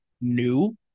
new